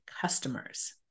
customers